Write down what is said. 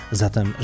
zatem